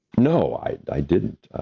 no, i i didn't.